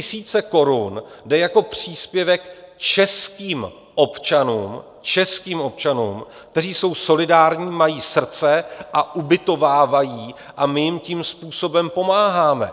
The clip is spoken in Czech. Tři tisíce korun jde jako příspěvek českým občanům českým občanům kteří jsou solidární, mají srdce a ubytovávají, a my jim tím způsobem pomáháme.